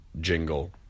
jingle